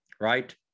right